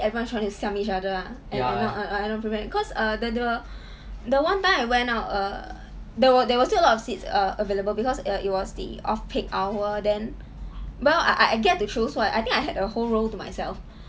everyone trying to siam each other ah cause err the the the one time I went out err there were there was still a lot of seats err available because err it was the off peak hour then well I I get to choose what I think I a whole row to myself